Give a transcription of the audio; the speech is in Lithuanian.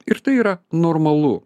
ir tai yra normalu